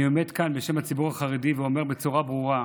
אני עומד כאן בשם הציבור החרדי ואומר בצורה ברורה: